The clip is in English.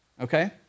okay